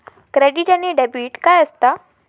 Credit आणि debit काय असता?